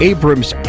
Abrams